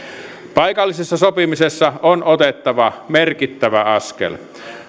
paikallisessa sopimisessa on otettava merkittävä askel